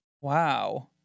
wow